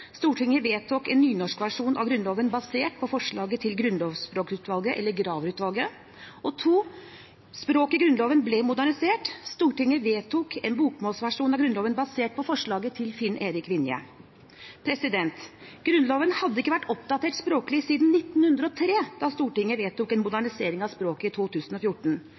Stortinget følgende vedtak: 1. Stortinget vedtok en nynorskversjon av Grunnloven, basert på forslaget til Grunnlovsspråkutvalget eller Graver-utvalget. 2. Språket i Grunnloven ble modernisert. Stortinget vedtok en bokmålsversjon av Grunnloven basert på forslaget til Finn-Erik Vinje. Grunnloven hadde ikke vært oppdatert språklig siden 1903 da Stortinget vedtok en modernisering av språket i 2014.